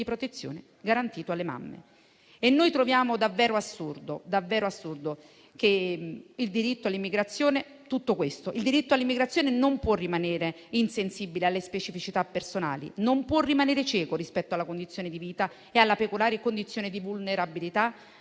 protezione garantito alle mamme. Noi troviamo davvero assurdo tutto questo. Il diritto all'immigrazione non può rimanere insensibile alle specificità personali, non può rimanere cieco rispetto alla condizione di vita e alla peculiare condizione di vulnerabilità